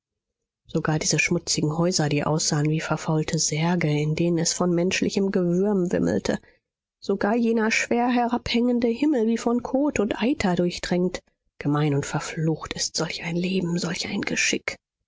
sogar diese schmutzigen häuser die aussahen wie verfaulte särge in denen es von menschlichem gewürm wimmelte sogar jener schwer herabhängende himmel wie von kot und eiter durchtränkt gemein und verflucht ist solch ein leben solch ein geschick